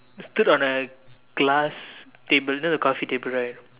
stood on the glass table you know the coffee table right